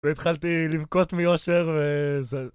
והתחלתי לבכות מאושר וזה...